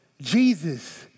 Jesus